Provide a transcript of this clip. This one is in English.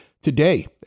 Today